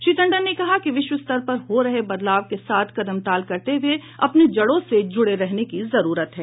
श्री टंडन ने कहा कि विश्व स्तर पर हो रहे बदलाव के साथ कदम ताल करते हुये अपने जड़ों से जुड़े रहने की जरूरत है